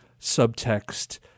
subtext